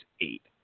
eight